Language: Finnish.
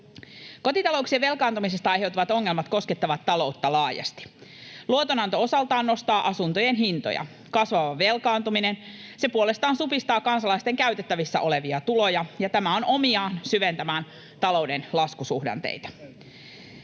Kotitalouksien velkaantumisesta aiheutuvat ongelmat koskettavat taloutta laajasti. Luotonanto osaltaan nostaa asuntojen hintoja. Kasvava velkaantuminen puolestaan supistaa kansalaisten käytettävissä olevia tuloja, ja tämä on omiaan syventämään talouden laskusuhdanteita.